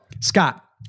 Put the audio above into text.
Scott